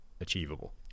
achievable